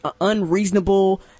unreasonable